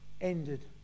ended